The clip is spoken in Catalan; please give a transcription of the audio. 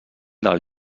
del